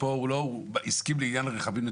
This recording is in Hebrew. הוא הרי לא הסכים לקבל הודעות